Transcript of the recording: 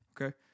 Okay